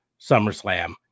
SummerSlam